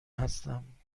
هستم